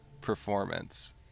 performance